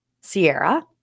Sierra